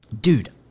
dude